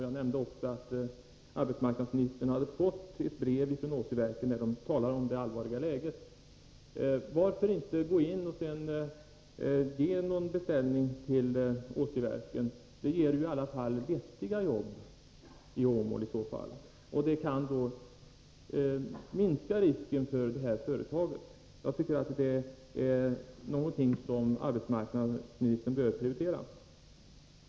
Jag nämnde också att arbetsmarknadsministern har fått ett brev från Åsiverken, där man talar om det allvarliga läget. Varför inte gå in och lämna en beställning till Åsiverken? Det skulle i alla fall ge vettiga jobb i Åmål. Det kan minska risken för företaget. Jag tycker att det är någonting som arbetsmarknadsministern bör prioritera.